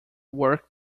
work